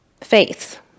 faith